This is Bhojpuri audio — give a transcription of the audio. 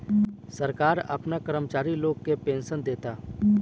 सरकार आपना कर्मचारी लोग के पेनसन देता